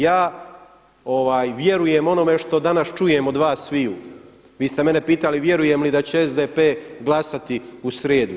Ja vjerujem onome što danas čujem od vas svih, vi ste mene pitali vjerujem li da će SDP glasati u srijedu.